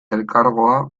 elkargoa